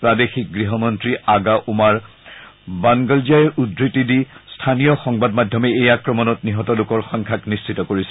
প্ৰাদেশিক গৃহমন্ত্ৰী আগা উমাৰ বানগলজাইৰ উদ্ধৃতি দি স্থানীয় সংবাদ মাধ্যমে এই আক্ৰমণত নিহত লোকৰ সংখ্যাক নিশ্চিত কৰিছে